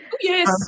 Yes